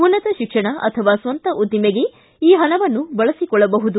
ಉನ್ನತ ಶಿಕ್ಷಣ ಅಥವಾ ಸ್ವಂತ ಉದ್ದಿಮೆಗೆ ಈ ಹಣವನ್ನು ಬಳಸಿಕೊಳ್ಳಬಹುದು